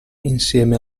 insieme